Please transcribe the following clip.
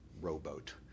rowboat